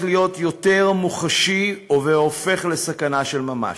להיות יותר מוחשי והופך לסכנה של ממש.